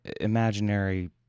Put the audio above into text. imaginary